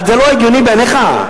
זה לא הגיוני בעיניך?